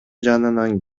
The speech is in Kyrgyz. жанынан